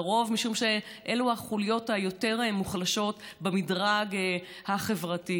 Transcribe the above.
לרוב משום שאלו החוליות היותר-מוחלשות במדרג החברתי.